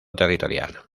territorial